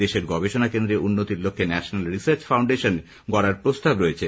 দেশের গবেষণা ক্ষেত্রে উন্নতির লক্ষ্যে ন্যাশনাল রিসার্চ ফাউন্ডেশন গড়ার প্রস্তাব রয়েছে